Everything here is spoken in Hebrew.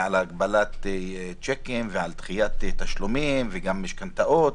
על הגבלת צ'קים ועל דחיית תשלומים וגם משכנתאות.